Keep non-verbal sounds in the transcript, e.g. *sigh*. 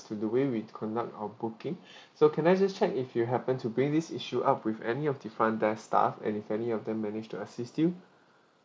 to the way we conduct or booking *breath* so can I just check if you happen to bring this issue up with any of the front desk staff and if any of them manage to assist you